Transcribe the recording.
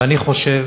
ואני חושב